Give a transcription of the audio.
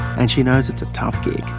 and she knows it's a tough gig.